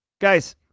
guys